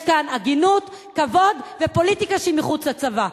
יש כאן הגינות, כבוד ופוליטיקה שהיא מחוץ לצבא.